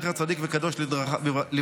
זכר צדיק וקדוש לברכה,